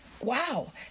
wow